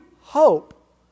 hope